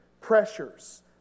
pressures